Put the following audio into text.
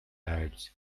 ads